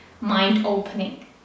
mind-opening